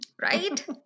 Right